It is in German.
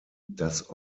das